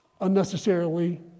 unnecessarily